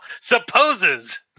supposes